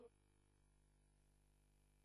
ראשונה, של חברת הכנסת אורלי אבקסיס